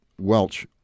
Welch